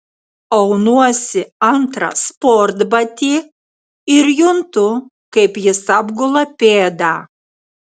aunuosi antrą sportbatį ir juntu kaip jis apgula pėdą